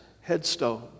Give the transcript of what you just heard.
headstone